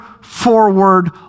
forward